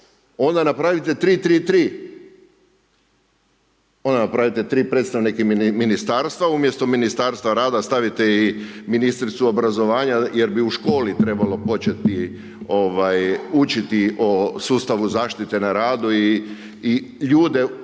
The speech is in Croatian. onda napravite 3, 3, 3. Napravite 3 predstavnika ministarstva. Umjesto Ministarstva rada, stavite i ministricu obrazovanja jer bi u školi trebalo početi učiti o sustavu zaštite na radu i ljude učiti